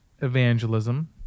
evangelism